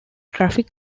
traffic